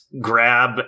grab